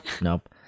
Nope